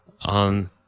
on